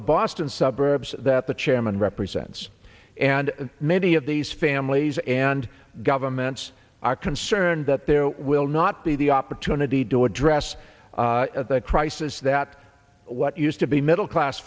the boston suburbs that the chairman represents and many of these families and governments are concerned that there will not be the opportunity to address the crisis that what used to be middle class